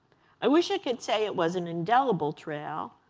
i wish i could say it was an indelible trail,